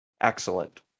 Excellent